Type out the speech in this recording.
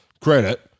credit